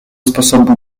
sposobu